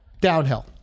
downhill